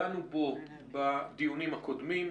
דנו בו בדיונים הקודמים.